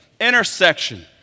intersection